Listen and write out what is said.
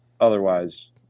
otherwise